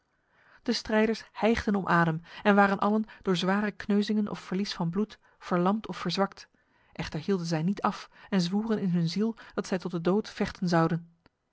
de strijders hijgden om adem en waren allen door zware kneuzingen of verlies van bloed verlamd of verzwakt echter hielden zij niet af en zwoeren in hun ziel dat zij tot de dood vechten zouden